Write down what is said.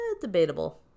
debatable